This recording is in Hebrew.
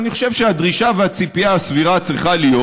אבל אני חושב שהדרישה והציפייה הסבירה צריכה להיות